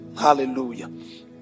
Hallelujah